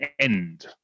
end